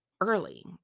early